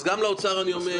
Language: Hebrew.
אז גם לאוצר אני אומר,